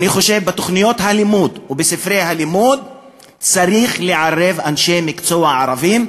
אני חושב שבתוכניות הלימוד ובספרי הלימוד צריך לערב אנשי מקצוע ערבים,